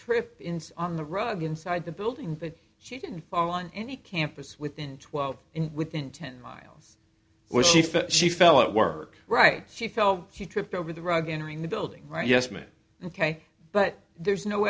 trip in on the rug inside the building but she didn't fall on any campus within twelve in within ten miles where she felt she fell at work right she fell she tripped over the rug entering the building right yes me ok but there's no